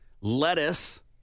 lettuce